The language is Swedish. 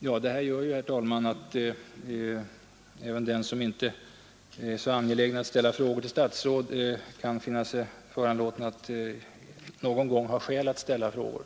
Ja, det här gör ju, herr talman, att även den som inte är så angelägen att ställa frågor till statsråd kan finna sig föranlåten att göra det i ett sådant här fall.